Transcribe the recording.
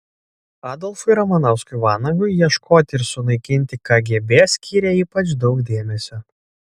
adolfui ramanauskui vanagui ieškoti ir sunaikinti kgb skyrė ypač daug dėmesio